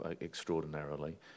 extraordinarily